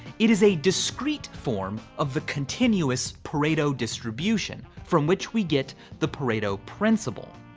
it is a discrete form of the continuous pareto distribution from which we get the pareto principle.